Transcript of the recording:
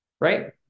right